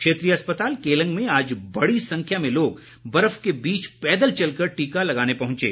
क्षेत्रीय अस्पताल केलंग में आज बड़ी संख्या में लोग बर्फ के बीच पैदल चलकर टीका लगाने पहुंचे